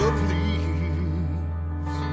please